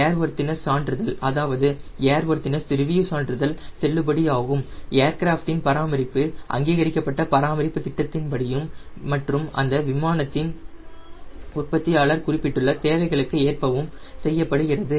airworthiness சான்றிதழ் அதாவது airworthiness review சான்றிதழ் செல்லுபடியாகும் ஏர்கிராஃப்டின் பராமரிப்பு அங்கீகரிக்கப்பட்ட பராமரிப்பு திட்டத்தின்படியும் மற்றும் அந்த விமானத்தின் உற்பத்தியாளர் குறிப்பிட்டுள்ள தேவைகளுக்கு ஏற்பவும் செய்யப்படுகிறது